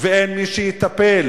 ואין מי שיטפל.